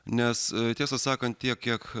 nes tiesą sakant tiek kiek